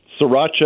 sriracha